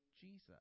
Jesus